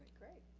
great.